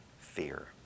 Fear